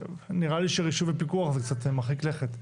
נראה לי שרישוי ופיקוח זה קצת מרחיק לכת,